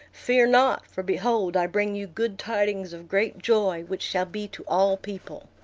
fear not for behold, i bring you good tidings of great joy, which shall be to all people.